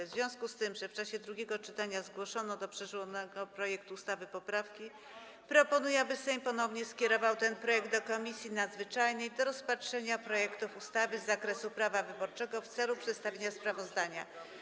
W związku z tym, że w czasie drugiego czytania zgłoszono do przedłożonego projektu ustawy poprawki, proponuję, aby Sejm ponownie skierował ten projekt do Komisji Nadzwyczajnej do rozpatrzenia projektów ustaw z zakresu prawa wyborczego w celu przedstawienia sprawozdania.